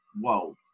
whoa